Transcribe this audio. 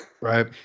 Right